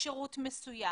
מסוים.